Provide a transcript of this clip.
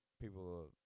People